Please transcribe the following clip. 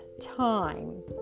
time